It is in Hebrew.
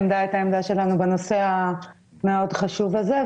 העמדה שלנו בנושא המאוד חשוב הזה,